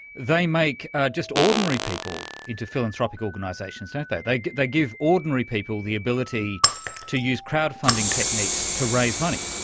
they make just ordinary people into philanthropic organisations, don't they? they they give ordinary people the ability to use crowd funding techniques to raise money.